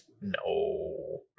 no